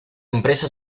empresa